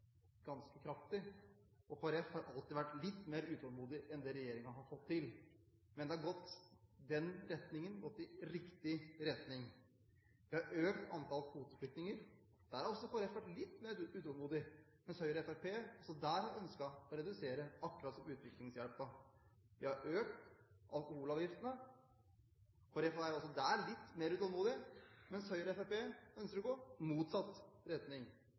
ganske kraftig. Kristelig Folkeparti har alltid vært litt mer utålmodig enn det regjeringen har vært, men det har gått i riktig retning. Vi har økt antall kvoteflytninger. Der har også Kristelig Folkeparti vært litt mer utålmodig, mens Høyre og Fremskrittspartiet også der ønsket å redusere, akkurat som i utviklingshjelpen. Vi har økt alkoholavgiftene. Kristelig Folkeparti er også der litt utålmodig, mens Høyre og Fremskrittspartiet ønsker å gå i motsatt retning.